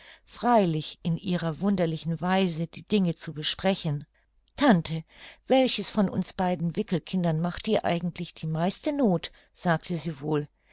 freilich in ihrer wunderlichen weise die dinge zu besprechen tante welches von uns beiden wickelkindern macht dir eigentlich die meiste noth sagte sie wohl